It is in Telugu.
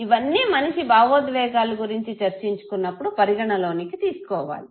ఇవన్నీ మనిషి భావోద్వేగాల గురించి చర్చించుకున్నప్పుడు పరిగణలోనికి తీసుకోవాలి